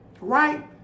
Right